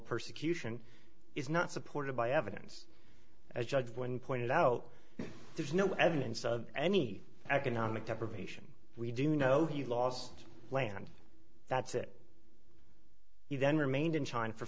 persecution is not supported by evidence as judged when pointed out there is no evidence of any economic deprivation we do know he lost land that's it he then remained in china for